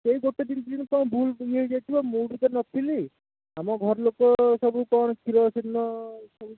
ସେଇ ଗୋଟେ ଭୁଲ ଇଏ ହେଇଯାଇଥିବ ମୁଁ ବି ତ ନଥିଲି ଆମ ଘର ଲୋକ ସବୁ କ'ଣ କ୍ଷୀର ସେଦିନ